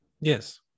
Yes